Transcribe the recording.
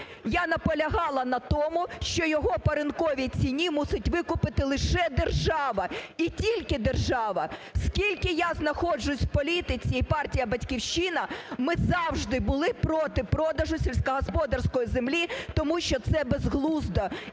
я наполягала на тому, що його по ринковій ціні мусить викупити лише держава і тільки держава. Скільки я знаходжусь у політиці і партія "Батьківщина", ми завжди були проти продажу сільськогосподарської землі, тому що це безглуздо